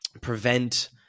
prevent